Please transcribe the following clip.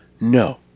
no